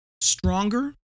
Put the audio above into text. stronger